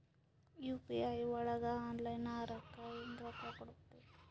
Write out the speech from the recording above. UPI ಒಳಗ online ಆಹಾರಕ್ಕೆ ಹೆಂಗ್ ರೊಕ್ಕ ಕೊಡಬೇಕ್ರಿ?